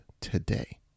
today